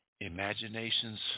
Imaginations